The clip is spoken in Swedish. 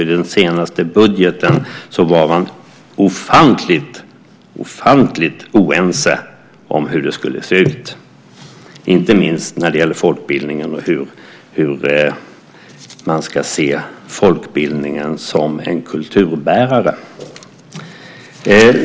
I den senaste budgeten var man ofantligt oense om hur det skulle se ut, inte minst när det gällde folkbildningen och hur man ska se folkbildningen som en kulturbärare.